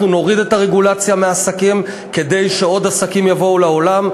אנחנו נוריד את הרגולציה מהעסקים כדי שעוד עסקים יבואו לעולם,